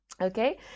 okay